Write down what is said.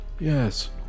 Yes